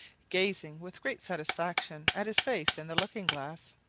gazing with great satisfaction at his face in the looking glass.